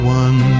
one